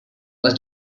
was